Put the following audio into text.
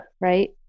Right